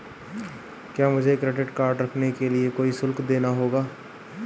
क्या मुझे credit card रखने के लिए कोई शुल्क देना होगा?